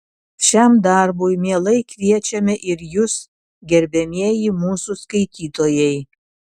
šiam darbui mielai kviečiame ir jus gerbiamieji mūsų skaitytojai